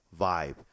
vibe